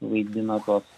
vaidina tuos